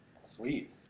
Sweet